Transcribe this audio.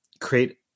create